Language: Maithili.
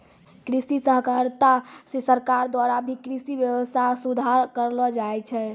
कृषि सहकारिता मे सरकार द्वारा भी कृषि वेवस्था सुधार करलो गेलो छै